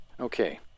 Okay